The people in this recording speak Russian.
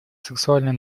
сексуальное